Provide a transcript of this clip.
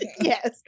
yes